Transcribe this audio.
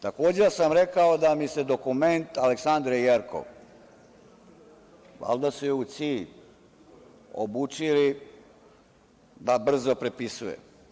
Takođe sam rekao da bi se dokument Aleksandre Jerkov, valjda su je u CIA-i obučili da brzo prepisuje.